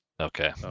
Okay